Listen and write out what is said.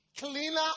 cleaner